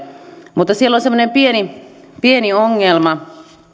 mutta siellä on semmoinen pieni pieni ongelma